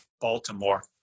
Baltimore